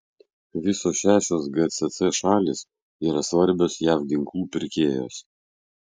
visos šešios gcc šalys yra svarbios jav ginklų pirkėjos